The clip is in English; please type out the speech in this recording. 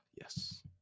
yes